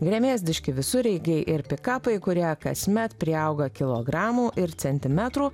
gremėzdiški visureigiai ir pikapai kurie kasmet priauga kilogramų ir centimetrų